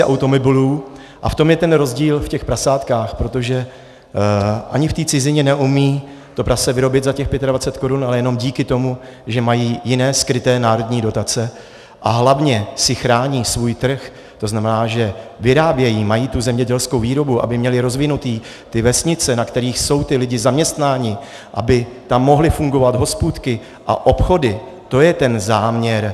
A v tom je ten rozdíl, v těch prasátkách, protože ani v té cizině neumí to prase vyrobit za těch 25 korun, ale jenom díky tomu, že mají jiné skryté národní dotace a hlavně si chrání svůj trh, to znamená, že vyrábějí, mají tu zemědělskou výrobu, aby měli rozvinuté ty vesnice, na kterých jsou ti lidé zaměstnáni, aby tam mohly fungovat hospůdky a obchody, to je ten záměr.